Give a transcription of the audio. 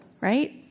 Right